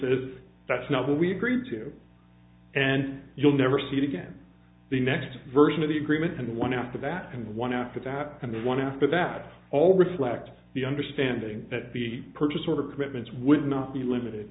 is that's not what we agreed to and you'll never see it again the next version of the agreement and one after that and one after that and the one after that all reflect the understanding that b purchase order commitments would not be limited